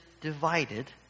divided